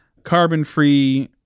carbon-free